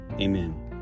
amen